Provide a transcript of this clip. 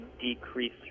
decrease